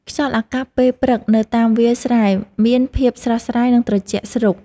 ខ្យល់អាកាសពេលព្រឹកនៅតាមវាលស្រែ មានភាពស្រស់ស្រាយ និងត្រជាក់ស្រ៊ប់។